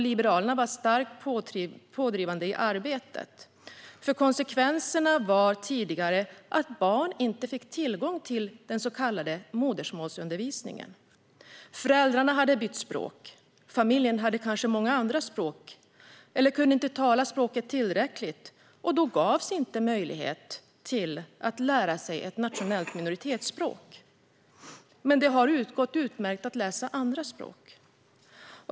Liberalerna var starkt pådrivande i arbetet, för konsekvenserna var tidigare att barn inte fick tillgång till den så kallade modersmålsundervisningen. Föräldrarna kanske hade bytt språk. Familjen kanske hade andra språk eller inte kunde tala språket tillräckligt. Då gavs inte möjlighet att lära sig ett nationellt minoritetsspråk. Men det har gått utmärkt att läsa andra språk.